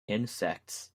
insects